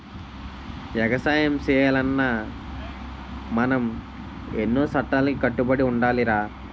ఎగసాయం సెయ్యాలన్నా మనం ఎన్నో సట్టాలకి కట్టుబడి ఉండాలిరా